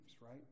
right